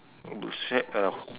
want to set a